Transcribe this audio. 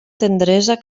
tendresa